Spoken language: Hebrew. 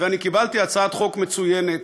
וקיבלתי הצעת חוק מצוינת,